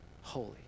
Holy